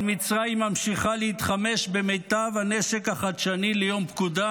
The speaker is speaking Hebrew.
אבל מצרים ממשיכה להתחמש במיטב הנשק החדשני ליום פקודה,